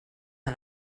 mal